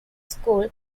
school